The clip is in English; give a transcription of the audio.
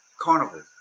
Carnival